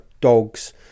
dogs